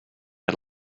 had